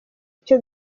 icyo